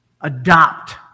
Adopt